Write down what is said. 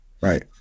right